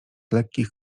lekkich